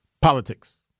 politics